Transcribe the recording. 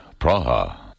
Praha